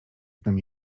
znam